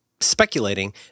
speculating